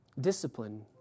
discipline